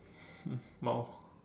mm !wow!